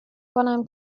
کنم